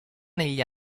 negli